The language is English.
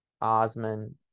Osman